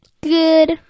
Good